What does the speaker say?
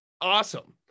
awesome